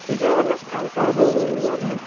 ठिकै होला हालखबरहरू घरमा पनि